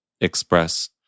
express